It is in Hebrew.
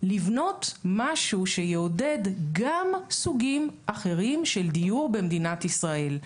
לבנות משהו שיעודד גם סוגים אחרים של דיור במדינת ישראל.